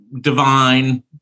Divine